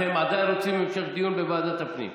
אתם בוודאי רוצים המשך דיון בוועדת הפנים.